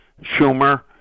Schumer